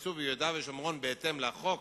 והתבססו ביהודה ושומרון בהתאם לחוק,